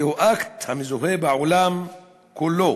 זהו אקט המזוהה בעולם כולו